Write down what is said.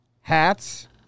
hats